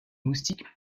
moustiques